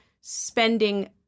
spending